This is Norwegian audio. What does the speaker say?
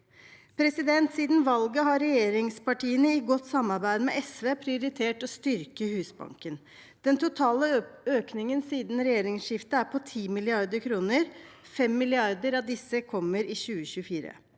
Siden valget har regjeringspartiene, i godt samarbeid med SV, prioritert å styrke Husbanken. Den totale økningen siden regjeringsskiftet er på 10 mrd. kr. 5 mrd. kr av disse kommer i 2024.